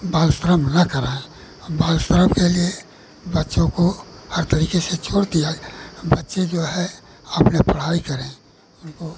बाल श्रम न कराएँ और बाल श्रम के लिए बच्चों को हर तरीके से छोड़ दिया और बच्चे जो हैं अपनी पढ़ाई करें उनको